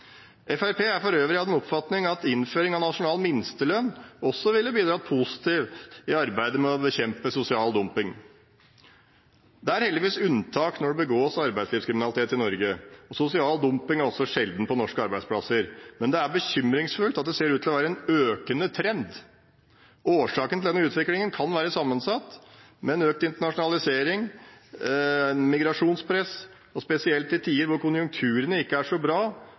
Fremskrittspartiet er for øvrig av den oppfatning at innføring av nasjonal minstelønn også ville bidratt positivt i arbeidet med å bekjempe sosial dumping. Det er heldigvis unntak når det begås arbeidslivskriminalitet i Norge, og sosial dumping er også sjelden på norske arbeidsplasser. Men det er bekymringsfullt at det ser ut til å være en økende trend. Årsaken til denne utviklingen kan være sammensatt, men økt internasjonalisering og migrasjonspress, spesielt i tider da konjunkturene ikke er så bra,